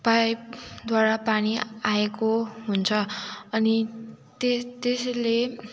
पाइपद्वारा पानी आएको हुन्छ अनि त्य त्यसैले